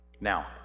Now